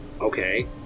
okay